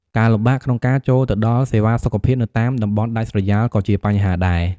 ការលំបាកក្នុងការចូលទៅដល់សេវាសុខភាពនៅតាមតំបន់ដាច់ស្រយាលក៏ជាបញ្ហាដែរ។